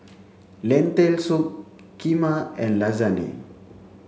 lentil soup Kheema and Lasagne